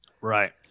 right